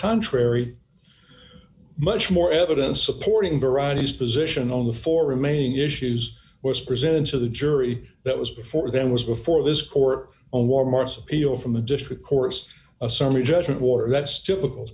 contrary much more evidence supporting variety's position on the four remaining issues was presented to the jury that was before them was before this court on walmart's appeal from the district courts a summary judgment water that's typical